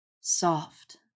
Soft